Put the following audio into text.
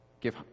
give